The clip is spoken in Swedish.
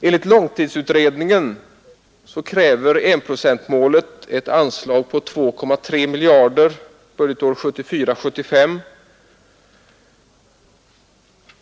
Enligt långtidsutredningen kräver enprocentsmålet ett anslag på 2,3 miljarder budgetåret 1974/75.